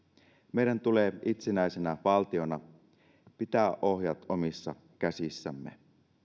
meidän tulee itsenäisenä valtiona pitää ohjat omissa käsissämme